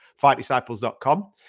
FightDisciples.com